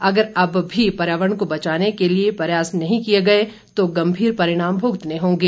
अगर अब भी पर्यावरण को बचाने के प्रयास नहीं किए गए तो गंभीर परिणाम भुगतने होंगे